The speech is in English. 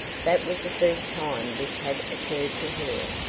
that was the first time this had occurred to her.